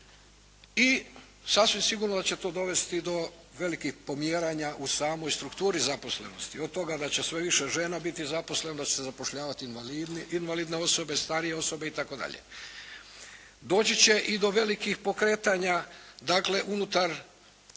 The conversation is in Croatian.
i sasvim sigurno će to dovesti do velikih pomjeranja u samoj strukturi zaposlenosti od toga da će sve više žena biti zaposleno, da će se zapošljavati invalidi, invalidne osobe, starije osobe itd. Doći će i do velikih pokretanja dakle unutar